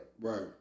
Right